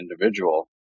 individual